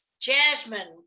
Jasmine